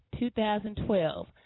2012